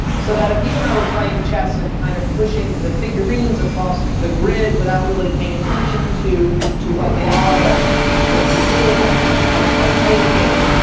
so that if you and i were playing chess and kind of pushing the figurines across the grid without really paying attention to to what they are and what they did and and how we might play the game,